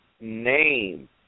name